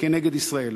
נגד ישראל.